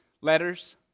letters